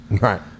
Right